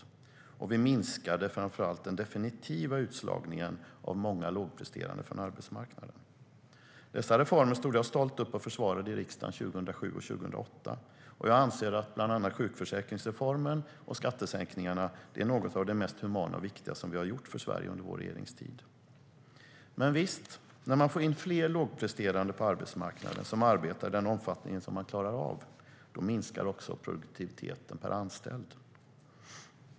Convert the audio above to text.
Framför allt minskade vi den definitiva utslagningen av många lågpresterande från arbetsmarknaden. Dessa reformer stod jag stolt och försvarade i riksdagen 2007 och 2008. Och jag anser att bland andra sjukförsäkringsreformen och skattesänkningarna är bland det mest humana och viktiga som vi har gjort för Sverige under vår regeringstid. Men visst, när man får in fler lågpresterande på arbetsmarknaden, som arbetar i den omfattning som man klarar av, minskar också produktiviteten per anställd.